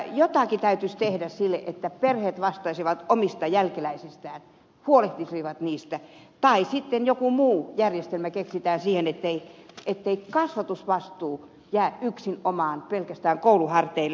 kyllä jotakin täytyisi tehdä sille että perheet vastaisivat omista jälkeläisistään huolehtisivat niistä tai sitten joku muu järjestelmä keksitään siihen ettei kasvatusvastuu jää yksinomaan pelkästään koulun harteille